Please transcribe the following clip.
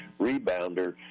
rebounder